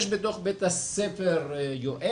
יש בתוך בית הספר יועצת,